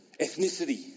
ethnicity